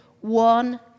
one